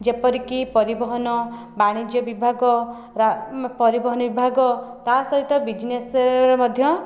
ଯେପରି କି ପରିବହନ ବାଣିଜ୍ୟ ବିଭାଗ ରାପରିବହନ ବିଭାଗ ତା ସହିତ ବିଜନେସ୍ ରେ ମଧ୍ୟ